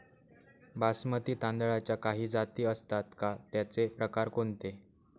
बासमती तांदळाच्या काही जाती असतात का, त्याचे प्रकार कोणते?